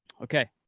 okay